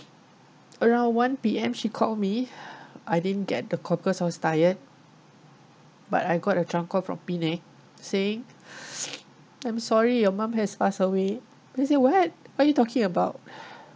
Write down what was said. around one P_M she called me I didn't get the call because I was tired but I got a phone call from penang saying I'm sorry your mom has passed away I said what what are you talking about